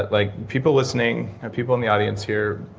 but like people listening, and people in the audience here,